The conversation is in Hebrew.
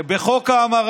ובחוק ההמרה